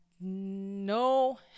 no